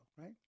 right